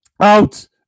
Out